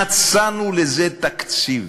מצאנו לזה תקציב.